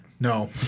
No